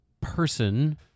person